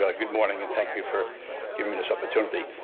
ah good morning and thank you for giving me this opportunity.